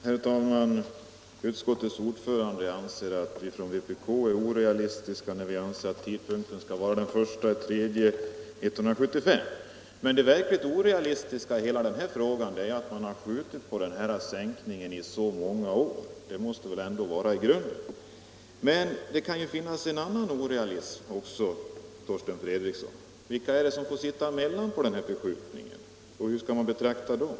Herr talman! Utskottets ordförande menar att vi från vpk är orealistiska när vi anser att tidpunkten för ikraftträdandet skall vara den 1 mars 1975. Det verkligt orealistiska i hela denna fråga är emellertid att man har skjutit på sänkningen i så många år. Det måste väl vara grunden till problemen. Det kan finnas en annan orealism också, Torsten Fredriksson. Vilka är det som får sitta emellan genom den här förskjutningen, och hur skall man betrakta dem?